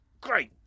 great